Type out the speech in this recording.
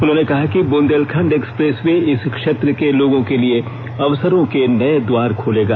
उन्होंने कहा कि बुंदेलखण्ड एक्सप्रेस वे इस क्षेत्र के लोगों के लिए अवसरों के नए द्वार खोलेगा